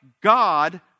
God